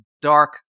dark